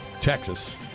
Texas